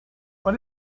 what